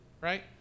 right